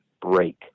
break